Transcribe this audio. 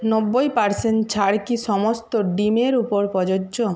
নব্বই পার্সেন্ট ছাড় কি সমস্ত ডিমের উপর প্রযোজ্য